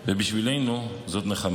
ובשבילנו זאת נחמה.